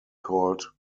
called